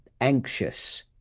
anxious